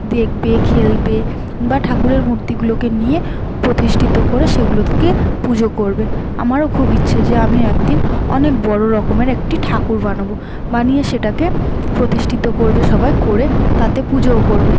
দেখবে খেলবে বা ঠাকুরের মূর্তিগুলোকে নিয়ে প্রতিষ্ঠিত করে সেগুলোকে পুজো করবে আমারও খুব ইচ্ছে যে আমিও একদিন অনেক বড় রকমের একটি ঠাকুর বানাব বানিয়ে সেটাকে প্রতিষ্ঠিত করবে সবাই করে তাতে পুজোও করবে